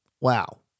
Wow